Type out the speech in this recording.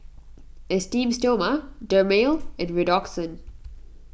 Esteem Stoma Dermale and Redoxon